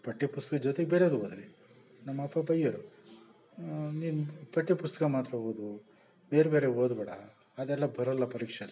ಪಠ್ಯ ಪುಸ್ತಕದ್ ಜೊತೆಗೆ ಬೇರೆದು ಓದವಿ ನಮ್ಮ ಅಪ್ಪ ಬಯ್ಯೋರು ನೀನು ಪಠ್ಯ ಪುಸ್ತಕ ಮಾತ್ರ ಓದು ಬೇರೆಬೇರೆ ಓದಬೇಡ ಅದೆಲ್ಲ ಬರಲ್ಲ ಪರೀಕ್ಷೆಯಲ್ಲಿ